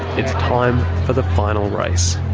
it's time for the final race.